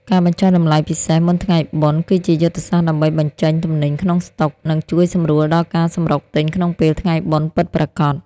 ការបញ្ចុះតម្លៃពិសេស "មុនថ្ងៃបុណ្យ" គឺជាយុទ្ធសាស្ត្រដើម្បីបញ្ចេញទំនិញក្នុងស្តុក និងជួយសម្រួលដល់ការសម្រុកទិញក្នុងពេលថ្ងៃបុណ្យពិតប្រាកដ។